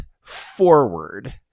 forward